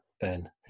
ben